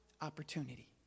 opportunity